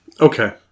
okay